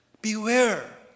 Beware